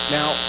Now